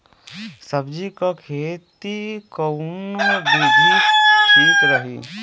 सब्जी क खेती कऊन विधि ठीक रही?